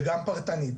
וגם פרטנית.